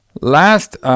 last